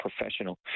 professional